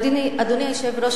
אדוני היושב-ראש,